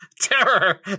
terror